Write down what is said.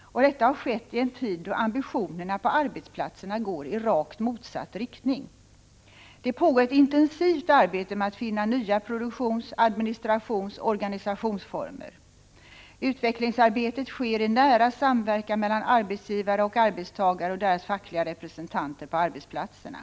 Och detta har skett i en tid då ambitionerna på arbetsplatserna går i rakt motsatt riktning. Det pågår ett intensivt arbete med att finna nya produktions-, administrationsoch organisationsformer. Utvecklingsarbetet sker i nära samverkan mellan arbetsgivare och arbetstagare och deras fackliga representanter på arbetsplatserna.